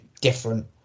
different